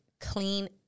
clean